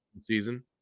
season